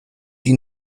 die